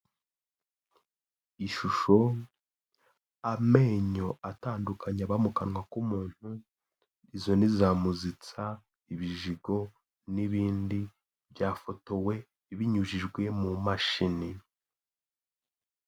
Ishusho, amenyo atandukanye aba mu kanwa k'umuntu, izo ni za muzitsa, ibijigo n'ibindi byafotowe binyujijwe mu mashini.